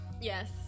yes